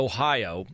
Ohio